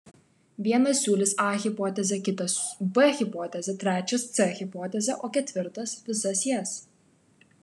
vienas siūlys a hipotezę kitas b hipotezę trečias c hipotezę o ketvirtas visas jas